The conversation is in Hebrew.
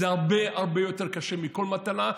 זה הרבה הרבה יותר קשה מכל מטלה,